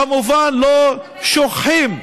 כמובן לא שוכחים,